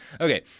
Okay